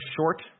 short